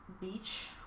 Beach